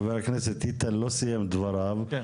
חבר הכנסת גינזבורג לא סיים את דבריו,